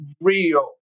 real